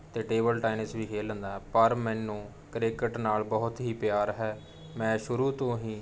ਅਤੇ table tennis ਵੀ ਖੇਡ ਲੈਂਦਾ ਹਾਂ ਪਰ ਮੈਨੂੰ ਕ੍ਰਿਕਟ ਨਾਲ ਬਹੁਤ ਹੀ ਪਿਆਰ ਹੈ ਮੈਂ ਸ਼ੁਰੂ ਤੋਂ ਹੀ